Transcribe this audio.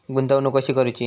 गुंतवणूक कशी करूची?